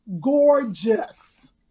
Gorgeous